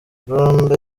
rwanda